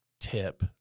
tip